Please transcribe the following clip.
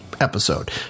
episode